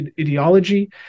ideology